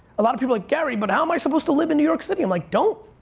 a lot of people are gary but how am i supposed to live in new york city? i'm like, don't.